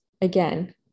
Again